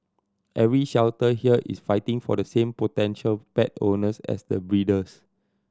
every shelter here is fighting for the same potential pet owners as the breeders